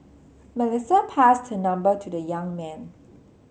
Melissa passed her number to the young man